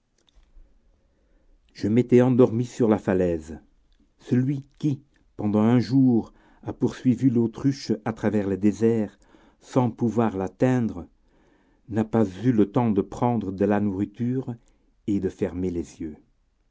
je m'étais endormi sur la falaise celui qui pendant un jour a poursuivi l'autruche à travers le désert sans pouvoir l'atteindre n'a pas eu le temps de prendre de la nourriture et de fermer les yeux